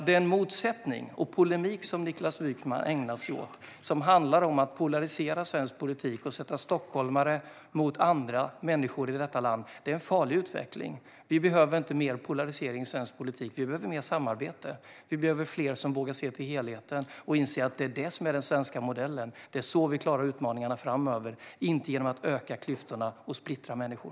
Den polemik som Niklas Wykman ägnar sig åt handlar om att polarisera svensk politik och sätta stockholmare mot andra människor i detta land, och det är en farlig utveckling. Vi behöver inte mer polarisering i svensk politik. Vi behöver mer samarbete. Vi behöver fler som vågar se till helheten och inse att det är det som är den svenska modellen. Det är så vi klarar utmaningarna framöver, inte genom att öka klyftorna och splittra människor.